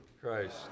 Christ